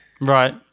Right